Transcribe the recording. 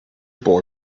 boy